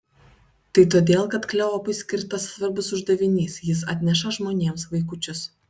tai todėl kad kleopui skirtas svarbus uždavinys jis atneša žmonėms vaikučius